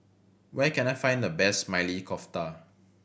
where can I find the best Maili Kofta